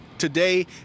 Today